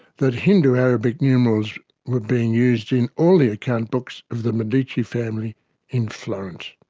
that hindu arabic numerals were being used in all the account books of the medici family in florence.